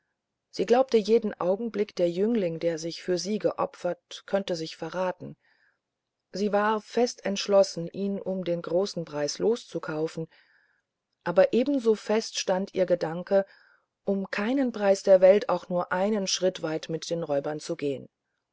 sie glaubte jeden augenblick der jüngling der sich für sie geopfert könnte sich verraten sie war fest entschlossen ihn um einen großen preis loszukaufen aber ebenso fest stand ihr gedanke um keinen preis der welt auch nur einen schritt weit mit den räubern zu gehen